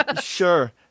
Sure